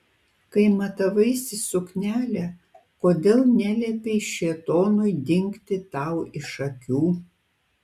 kai matavaisi suknelę kodėl neliepei šėtonui dingti tau iš akių